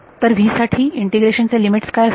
तर v साठी integration चे लिमिट काय असतील